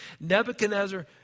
Nebuchadnezzar